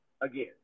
again